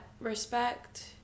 respect